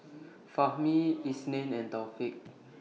Fahmi Isnin and Taufik